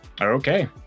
Okay